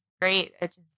great